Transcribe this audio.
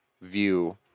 view